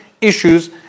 issues